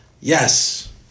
yes